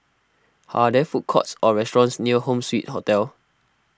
are there food courts or restaurants near Home Suite Hotel